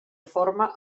forma